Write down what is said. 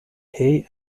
hay